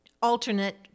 alternate